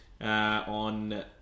On